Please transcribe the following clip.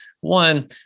One